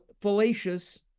fallacious